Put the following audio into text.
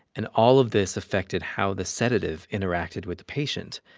and all of this affected how the sedative interacted with the patient,